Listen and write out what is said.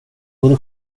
vore